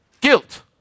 Guilt